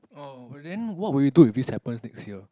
oh but then what would you do if this happens next year